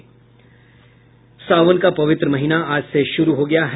सावन का पवित्र महीना आज से शुरू हो गया है